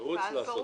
תרוץ לעשות את זה.